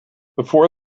before